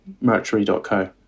Mercury.co